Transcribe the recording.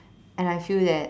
and I feel that